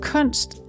Kunst